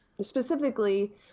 Specifically